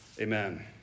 amen